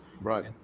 Right